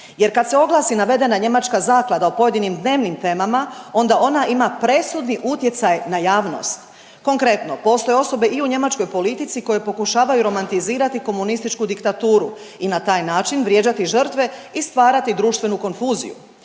jer kad se oglasi navedena njemačka zaklada o pojedinim dnevnim temama onda ona ima presudni utjecaj na javnost. Konkretno postoje osobe i u njemačkoj politici koje pokušavaju romantizirati komunističku diktaturu i na taj način vrijeđati žrtve i stvarati društvenu konfuziju.